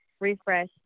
refresh